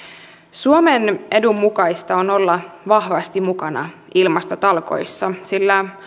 suomen edun mukaista on olla vahvasti mukana ilmastotalkoissa sillä